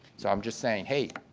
so i'm just saying, hey,